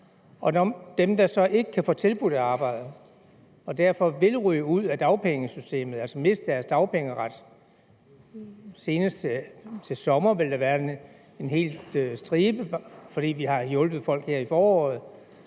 ved dem, der så ikke kan få tilbudt et arbejde og derfor vil ryge ud af dagpengesystemet, altså miste deres dagpengeret? Senest til sommer vil der være en hel stribe, fordi vi har hjulpet folk her i foråret